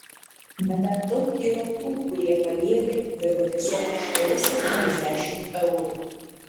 bet dar daug yra tų kurie paliegę dirba tiesiog už kelis ar keliasdešimt eurų